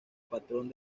patrón